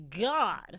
God